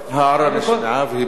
ההערה נשמעה, והיא ברורה.